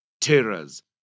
Terrors